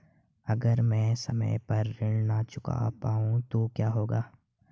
अगर म ैं समय पर ऋण न चुका पाउँ तो क्या होगा?